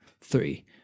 three